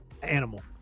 animal